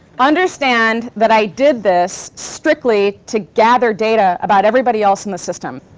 understand that i did this strictly to gather data about everybody else in the system.